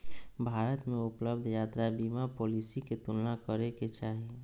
भारत में उपलब्ध यात्रा बीमा पॉलिसी के तुलना करे के चाही